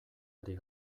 ari